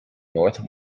north